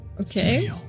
okay